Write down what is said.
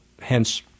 hence